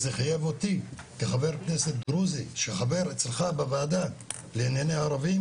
זה חייב אותי כחבר כנסת דרוזי שחבר בוועדה שלך לענייני ערבים